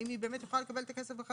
האם היא יכולה לקבל את הכסף חזק